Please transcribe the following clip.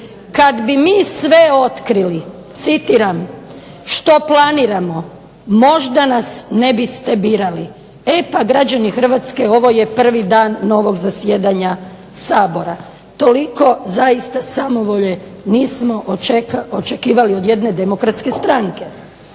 "kad bi mi sve otkrili", citiram: "što planiramo, možda nas ne biste birali." E pa građani Hrvatske ovo je prvi dan novog zasjedanja Sabora. Toliko zaista samovolje nismo očekivali od jedne demokratske stranke.